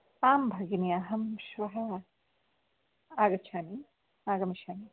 आं भगिनि अहं श्वः आगच्छामि आगमिष्यामि